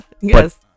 Yes